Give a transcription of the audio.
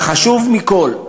וחשוב מכול,